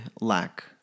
lack